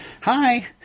Hi